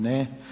Ne.